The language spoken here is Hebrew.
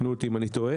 תקנו אותי אם אני טועה?